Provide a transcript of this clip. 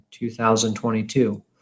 2022